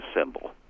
symbol